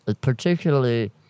particularly